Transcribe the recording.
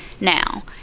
now